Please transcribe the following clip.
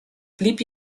blieb